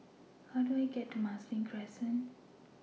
How Do I get to Marsiling Crescent